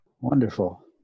Wonderful